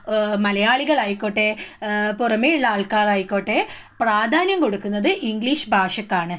മലയാളികൾ ആയിക്കോട്ടെ പുറമേയുള്ള ആൾക്കാർ ആയിക്കോട്ടെ പ്രാധാന്യം കൊടുക്കുന്നത് ഇംഗ്ലീഷ് ഭാഷക്കാണ്